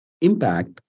impact